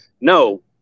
no